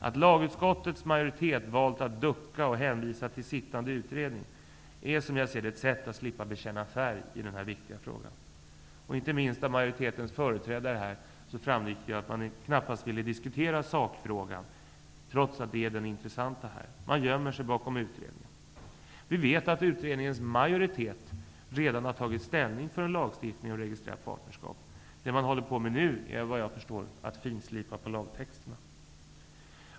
Att lagutskottets majoritet valt att ducka och hänvisa till sittande utredning är, som jag ser det, ett sätt att slippa bekänna färg i denna viktiga fråga. Inte minst framgick det av det som majoritetens företrädare här sade att man knappast vill diskutera sakfrågan, trots att det är den som är intressant. Man gömmer sig bakom utredningen. Vi vet att utredningens majoritet redan har tagit ställning för en lagstiftning om registrerat partnerskap. Det som man nu håller på med är såvitt jag förstår att finslipa på lagtexterna.